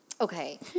Okay